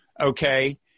okay